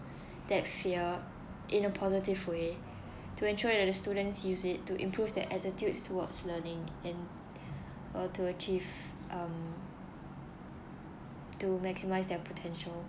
that fear in a positive way to ensure that the students use it to improve their attitudes towards learning and uh to achieve um to maximise their potential